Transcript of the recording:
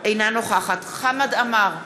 אינה נוכחת חמד עמאר,